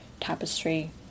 tapestry